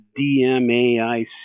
DMAIC